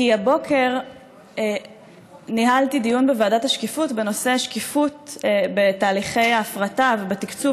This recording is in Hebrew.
כי הבוקר ניהלתי דיון בוועדת השקיפות בנושא שקיפות בתהליכי ההפרטה ובתקצוב